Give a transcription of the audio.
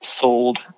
sold